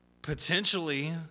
potentially